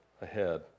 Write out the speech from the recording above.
ahead